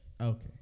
Okay